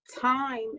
time